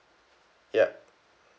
yup